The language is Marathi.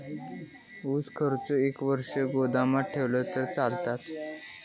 ऊस असोच एक वर्ष गोदामात ठेवलंय तर चालात?